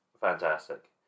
fantastic